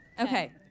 Okay